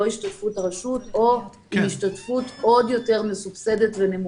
השתתפות הרשות או עם השתתפות עוד יותר מסובסדת ונמוכה.